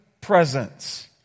presence